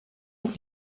auch